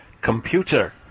Computer